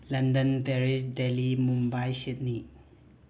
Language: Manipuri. London Paris Delhi Mumbai Sydney